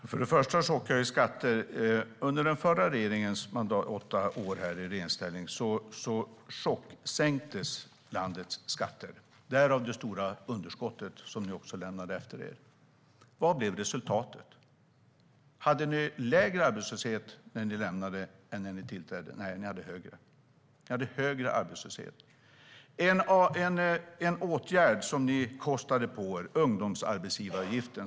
Herr talman! När det gäller att chockhöja skatter vill jag säga att under den förra regeringens åtta år i regeringsställning chocksänktes landets skatter - därav det stora underskott som ni lämnade efter er. Vad blev resultatet? Hade ni lägre arbetslöshet när ni lämnade än när ni tillträdde? Nej, ni hade högre arbetslöshet. En åtgärd som ni kostade på er var ungdomsarbetsgivaravgiften.